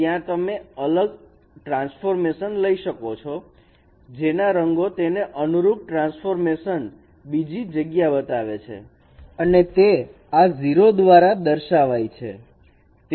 ત્યાં તમે અલગ ટ્રાન્સફોર્મેશન લઈ શકો છો જેના રંગો તેને અનુરૂપ ટ્રાન્સફોર્મેશન બીજી જગ્યામાં બતાવે છે અને તે આ 0 દ્વારા દર્શાવાય છે